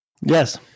Yes